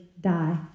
die